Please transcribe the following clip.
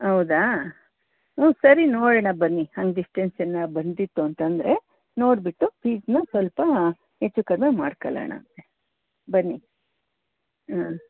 ಹೌದಾ ಹ್ಞೂ ಸರಿ ನೋಡೋಣ ಬನ್ನಿ ಹಂಗೆ ಡಿಸ್ಟೆನ್ಸ್ ಏನಾದ್ರೂ ಬಂದಿತ್ತು ಅಂತ ಅಂದರೆ ನೋಡಿಬಿಟ್ಟು ಫೀಸ್ನ ಸ್ವಲ್ಪ ಹೆಚ್ಚು ಕಡಿಮೆ ಮಾಡ್ಕೊಳ್ಳೋಣ ಬನ್ನಿ ಹ್ಞೂ